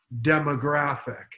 demographic